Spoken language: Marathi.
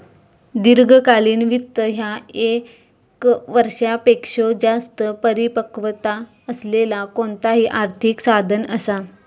दीर्घकालीन वित्त ह्या ये क वर्षापेक्षो जास्त परिपक्वता असलेला कोणताही आर्थिक साधन असा